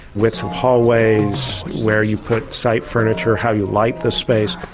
widths of hallways, where you put site furniture, how you light the space.